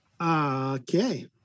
Okay